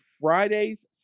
Friday's